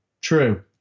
true